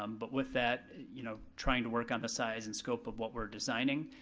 um but with that, you know, trying to work on the size and scope of what we're designing,